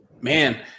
Man